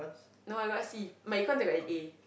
no I got C my econs I got an A